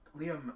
Liam